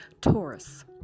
Taurus